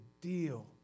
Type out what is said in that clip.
deal